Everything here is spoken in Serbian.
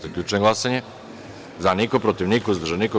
Zaključujem glasanje: za – jedan, protiv – niko, uzdržan – niko.